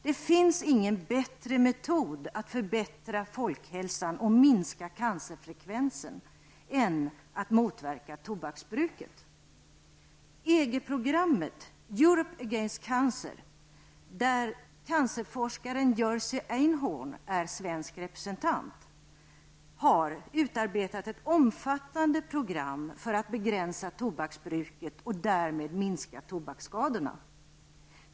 Det finns ingen bättre metod att förbättra folkhälsan och minska cancerfrekvensen än att motverka tobaksbruket. I EG-programmet ''Europe against cancer'', där cancerforskaren Jerzy Einhorn är svensk representant, har utarbetats ett omfattande program för att begränsa tobaksbruket och därmed minska tobaksskadorna.